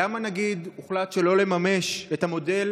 למה למשל הוחלט שלא לממש את המודל